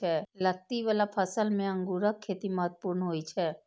लत्ती बला फसल मे अंगूरक खेती महत्वपूर्ण होइ छै